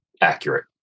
accurate